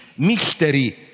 mystery